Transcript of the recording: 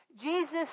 Jesus